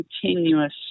continuous